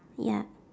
ya